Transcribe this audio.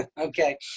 okay